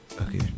okay